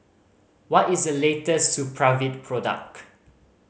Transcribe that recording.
what is the latest Supravit product